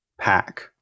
pack